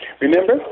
Remember